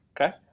Okay